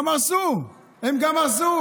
גם הרסו, הם גם הרסו.